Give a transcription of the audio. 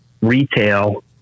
retail